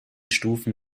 stufen